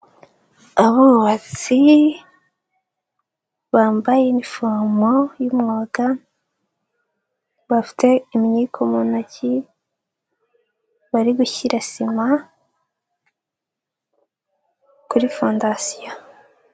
Abubatsi bambaye inifomo y'umwuga, bafite imyiko mu ntoki, bari gushyira sima kuri fondasiyo.